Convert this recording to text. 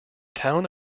town